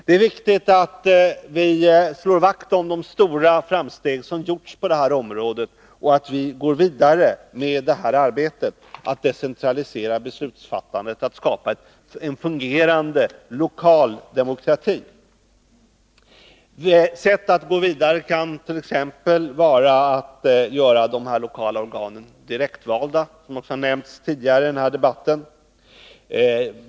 Det är viktigt att vi slår vakt om de stora framsteg som gjorts på detta område och att vi går vidare med arbetet att decentralisera beslutsfattandet, att skapa en fungerande lokal demokrati. Ett sätt att gå vidare kan vara att göra de lokala organen direktvalda, som har nämnts tidigare i den här debatten.